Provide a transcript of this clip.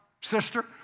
sister